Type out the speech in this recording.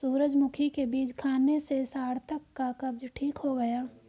सूरजमुखी के बीज खाने से सार्थक का कब्ज ठीक हो गया